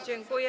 Dziękuję.